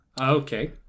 Okay